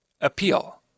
appeal